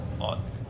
on